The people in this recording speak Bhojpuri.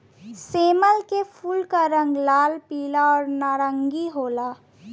सेमल के फूल क रंग लाल, पीला आउर नारंगी होला